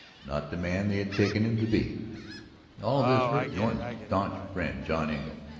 not the man they had taken him to be. and all of this hurt norton's stanch friend, john engle.